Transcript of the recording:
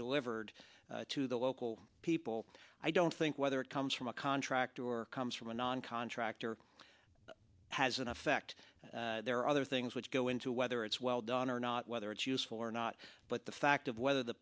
delivered to the local people i don't think whether it comes from a contractor or comes from a non contractor has an effect there are other things which go into whether it's well done or not whether it's useful or not but the fact of whether the